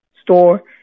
store